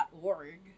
org